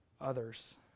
others